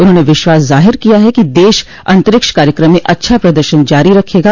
उन्होंने विश्वास जाहिर किया कि देश अंतरिक्ष कार्यक्रम में अच्छा प्रदर्शन जारी रखेगा